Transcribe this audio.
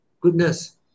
goodness